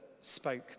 spoke